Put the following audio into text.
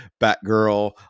Batgirl